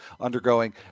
undergoing